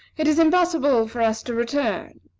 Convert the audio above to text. it is impossible for us to return.